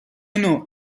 نوع